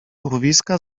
urwiska